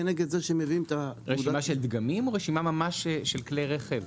כנגד זה שהם מביאים --- רשימה של דגמים או רשימה ממש של כלי רכב?